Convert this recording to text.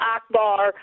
Akbar